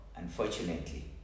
Unfortunately